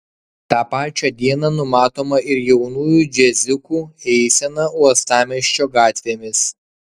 tą pačią dieną numatoma ir jaunųjų džiaziukų eisena uostamiesčio gatvėmis